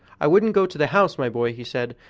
i wouldn't go to the house, my boy, he said,